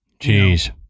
jeez